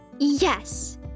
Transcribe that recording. Yes